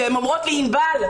והן אומרות לי: ענבל,